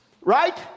right